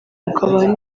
ukabaha